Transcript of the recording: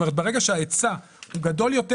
ברגע שההיצע הוא גדול יותר,